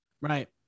Right